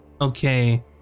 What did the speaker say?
okay